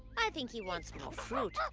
i think he wants more fruit.